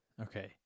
Okay